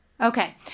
Okay